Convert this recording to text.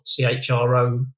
CHRO